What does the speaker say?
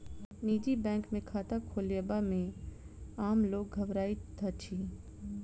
निजी बैंक मे खाता खोलयबा मे आम लोक घबराइत अछि